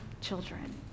children